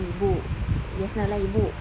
ibu just now lah ibu